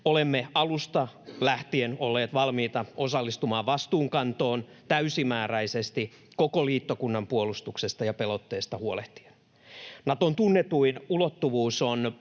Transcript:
olemme alusta lähtien olleet valmiita osallistumaan vastuunkantoon täysimääräisesti koko liittokunnan puolustuksesta ja pelotteesta huolehtien. Naton tunnetuin ulottuvuus on